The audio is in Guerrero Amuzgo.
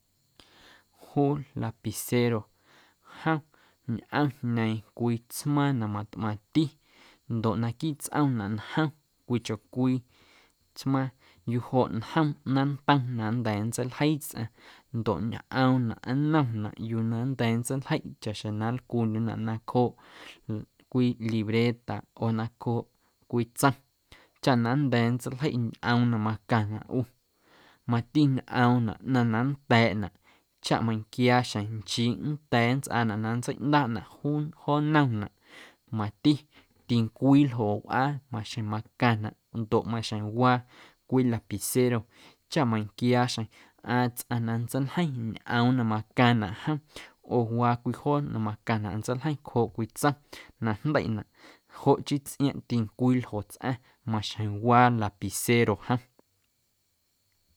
Juu lapicero jom ñꞌomjñeeⁿ cwii tsmaaⁿ na matꞌmaⁿti ndoꞌ naquiiꞌ tsꞌomnaꞌ njom cwiichocwii tsmaaⁿ yuujoꞌ ñjom ꞌnaaⁿntom na nnda̱a̱ nntseiljeii tsꞌaⁿ ndoꞌ ñꞌoomnaꞌ nnomnaꞌ yuu na nnda̱a̱ nntseiljeiꞌ chaꞌxjeⁿ na nlcuundyuꞌnaꞌ nacjooꞌ cwii libreta oo nacjooꞌ cwii tsom chaꞌ na nnda̱a̱ nntseiljeiꞌ ñꞌoom na macaⁿnaꞌ ꞌu mati ñꞌoomnaꞌ ꞌnaⁿ na nnta̱a̱ꞌnaꞌ chaꞌ meiⁿnquiaa xjeⁿ nchii nnda̱a̱ nntsꞌaanaꞌ na nntseiꞌndaaꞌnaꞌ juu joo nnomnaꞌ mati tincwii ljo wꞌaa maxjeⁿ macaⁿnaꞌ ndoꞌ maxjeⁿ waa cwii lapicero chaꞌ meiⁿnquia xjeⁿ ꞌaaⁿ tsꞌaⁿ na nntseiljeiⁿ ñꞌoom na macaⁿnaꞌ jom oo waa cwii joo na macaⁿnaꞌ na nntseiljeiⁿ cjooꞌ cwii tsom na jndeiꞌnaꞌ joꞌ chii tsꞌiaaⁿꞌ tincwii ljo tsꞌaⁿ maxjeⁿ waa lapicero jom.